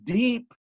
deep